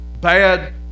bad